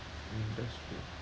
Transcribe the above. mm that's true